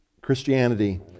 Christianity